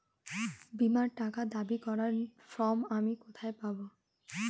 বীমার টাকা দাবি করার ফর্ম আমি কোথায় পাব?